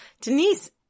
Denise